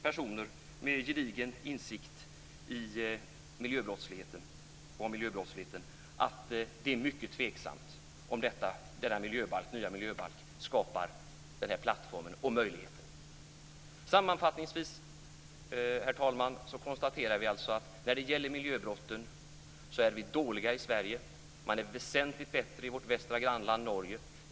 Personer med gedigen insikt i miljöbrottsligheten redovisar emellertid att det är mycket osäkert om denna nya miljöbalk skapar en sådan plattform och möjlighet. Sammanfattningsvis, herr talman, konstaterar vi alltså att vi i Sverige är dåliga på att bekämpa miljöbrott och att man är väsentligt bättre i vårt västra grannland Norge.